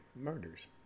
murders